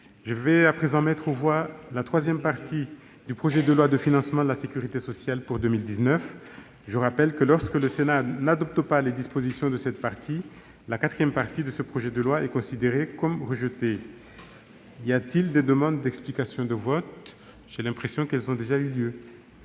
je vais mettre aux voix la troisième partie du projet de loi de financement de la sécurité sociale pour 2019. Je vous rappelle que, lorsque le Sénat n'adopte pas les dispositions de cette partie, la quatrième partie du projet de loi est considérée comme rejetée. Y a-t-il des demandes d'explication de vote ?... Je mets aux voix l'ensemble